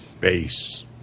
Base